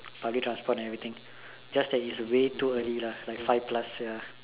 public transport and everything just that it is way too early lah like five plus